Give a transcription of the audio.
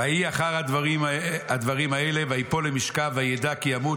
ויהי אחר הדברים האלה וייפול למשכב וידע כי ימות